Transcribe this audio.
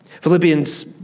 Philippians